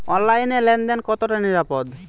অনলাইনে লেন দেন কতটা নিরাপদ?